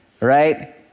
right